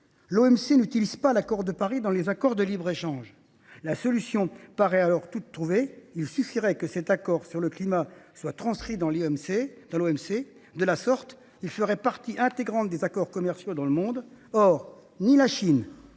Elle n’utilise pas l’accord de Paris dans les accords de libre échange. La solution paraît alors toute trouvée. Il suffirait que cet accord sur le climat soit transcrit par l’OMC. De la sorte, il ferait partie intégrante des accords commerciaux dans le monde. Or, ni la Chine,